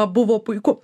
buvo puiku